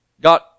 God